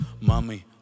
mami